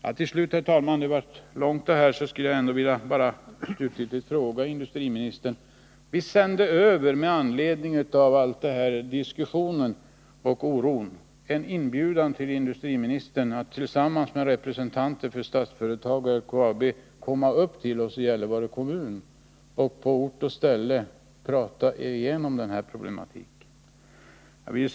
Det blev ett ganska långt anförande, herr talman, men jag skulle ändå till sist vilja erinra industriministern om att vi med anledning av alla de diskussioner och all den oro som förevarit sände en inbjudan till industriministern att tillsammans med representanter för Statsföretag och LKAB komma upp till oss i Gällivare kommun och på ort och ställe prata igenom den här problematiken.